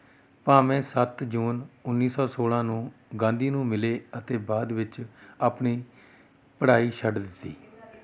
ਭਾਵੇਂ ਸੱਤ ਜੂਨ ਉੱਨੀ ਸੌ ਸੋਲ਼ਾਂ ਨੂੰ ਗਾਂਧੀ ਨੂੰ ਮਿਲੇ ਅਤੇ ਬਾਅਦ ਵਿੱਚ ਆਪਣੀ ਪੜ੍ਹਾਈ ਛੱਡ ਦਿੱਤੀ